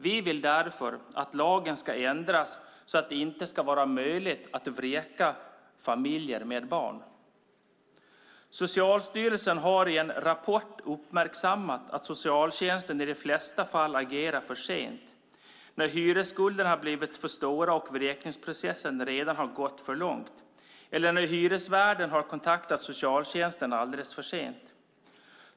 Vi vill därför att lagen ska ändras så att det inte ska vara möjligt att vräka familjer med barn. Socialstyrelsen har i en rapport uppmärksammat att socialtjänsten i de flesta fall agerar för sent, när hyresskulderna har blivit för stora och vräkningsprocessen redan har gått för långt eller när hyresvärden har kontaktat socialtjänsten alldeles för sent.